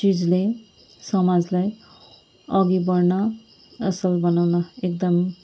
चिजले समाजलाई अघि बढ्न असल बनाउन एकदम